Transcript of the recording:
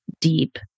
deep